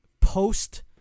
post-